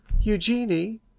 Eugenie